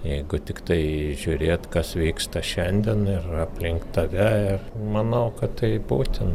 jeigu tiktai žiūrėt kas vyksta šiandien ir aplink tave manau kad tai būtina